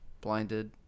Blinded